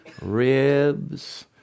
ribs